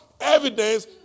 evidence